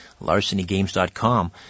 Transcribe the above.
larcenygames.com